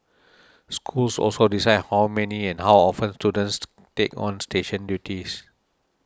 schools also decide how many and how often students take on station duties